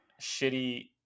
shitty